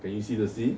can you see the sea